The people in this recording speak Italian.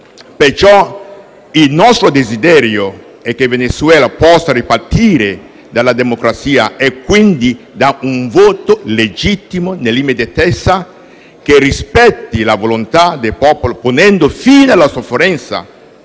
Perciò, il nostro desiderio è che il Venezuela possa ripartire dalla democrazia e, quindi, da un voto legittimo nell'immediatezza, che rispetti la volontà del popolo ponendo fine alla sofferenza